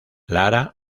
lara